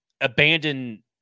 abandon